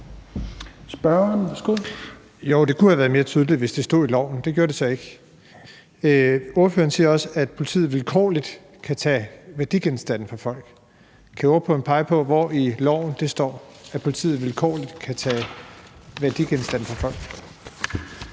Bruus (S): Jo, det kunne have været mere tydeligt, hvis det stod i loven. Det gør det så ikke. Ordføreren siger også, at politiet vilkårligt kan tage værdigenstande fra folk. Kan ordføreren pege på, hvor i loven det står, at politiet vilkårligt kan tage værdigenstande fra folk?